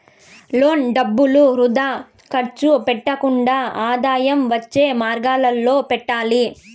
loan డబ్బులు వృథా ఖర్చు పెట్టకుండా ఆదాయం వచ్చే మార్గాలలో పెట్టాలి